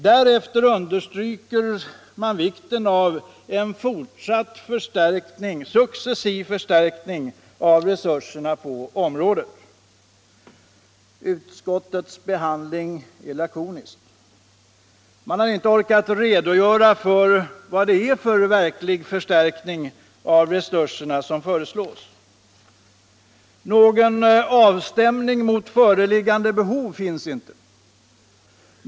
Därefter understryker utskottet vikten av en fortsatt successiv förstärkning av resurserna på området. Utskottets behandling är lakonisk. Man har inte orkat redogöra för vad det är för verklig förstärkning av resurserna som föreslås. Någon avstämning mot föreliggande behov finns inte.